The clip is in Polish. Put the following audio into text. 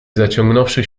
zaciągnąwszy